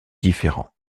différents